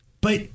But-